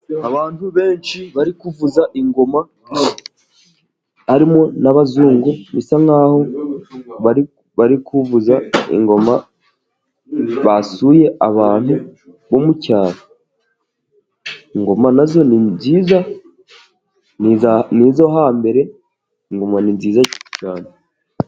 Abantu benshi bari kuvuza ingoma, harimo n'abazungu, bisa nk'aho bari kuvuza ingoma, basuye abantu bo mu cyaro. Ingoma nazo ni nziza, ni izo hambere, ingoma ni nziza cyane.